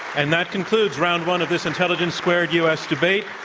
and that concludes round one of this intelligence squared u. s. debate.